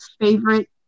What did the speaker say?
favorite